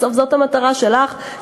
בסוף זאת המטרה שלך,